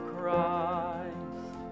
Christ